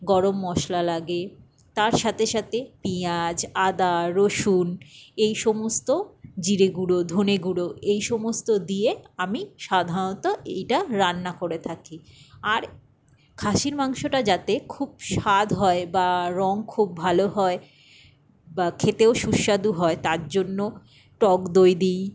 গরম মশলা লাগে তার সাথে সাথে পিঁয়াজ আদা রসুন এই সমস্ত জিরে গুঁড়ো ধনে গুঁড়ো এই সমস্ত দিয়ে আমি সাধারণত এইটা রান্না করে থাকি আর খাসীর মাংসটা যাতে খুব স্বাদ হয় বা রঙ খুব ভালো হয় বা খেতেও সুস্বাদু হয় তার জন্য টক দই দিই